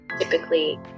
typically